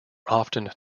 often